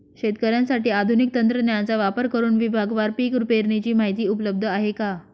शेतकऱ्यांसाठी आधुनिक तंत्रज्ञानाचा वापर करुन विभागवार पीक पेरणीची माहिती उपलब्ध आहे का?